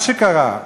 מה שקרה,